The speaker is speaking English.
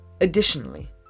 Additionally